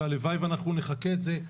והלוואי שנחקה את זה.